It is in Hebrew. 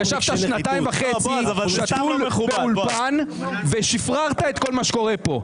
ישבת שנתיים וחצי ובאולפן ושפררת את כל מה שקורה פה.